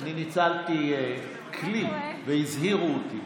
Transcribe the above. אני ניצלתי כלי, והזהירו אותי,